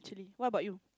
what about you